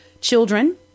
Children